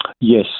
Yes